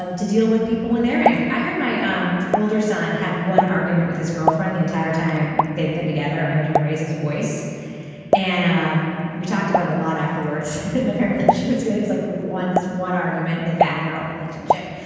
um to deal with people when they're angry. i heard my um older son have one argument with his girlfriend the entire time they've been together i heard him raise his voice and um we talked about it a lot afterwards apparently she really was like one. this one argument they've had in their relationship.